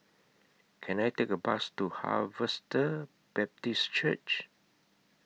Can I Take A Bus to Harvester Baptist Church